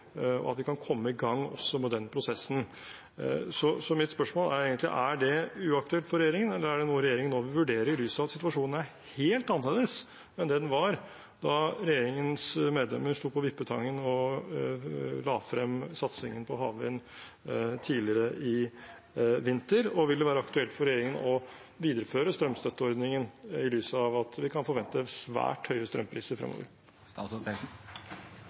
og at vi kan komme i gang også med den prosessen. Så mitt spørsmål er: Er det uaktuelt for regjeringen, eller er det noe regjeringen nå vil vurdere i lys av at situasjonen er helt annerledes enn den var da regjeringens medlemmer sto på Vippetangen og la frem satsingen på havvind tidligere i vinter? Og vil det være aktuelt for regjeringen å videreføre strømstøtteordningen, i lys av at vi kan forvente svært høye strømpriser fremover?